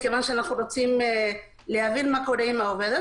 מכיוון שאנחנו רוצים להבין מה קורה עם העובדת,